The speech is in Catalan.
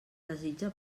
desitja